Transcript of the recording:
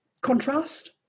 contrast